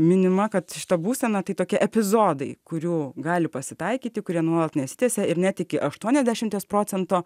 minima kad šita būsena tai tokie epizodai kurių gali pasitaikyti kurie nuolat nesitęsia ir net iki aštuoniasdešimties procentų